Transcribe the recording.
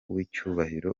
w’icyubahiro